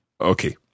Okay